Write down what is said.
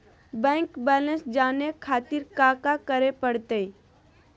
Bank balance जाने खातिर काका करे पड़तई?